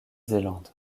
zélande